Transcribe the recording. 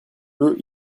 eux